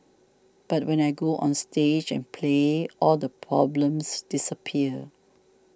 but when I go onstage and play all the problems disappear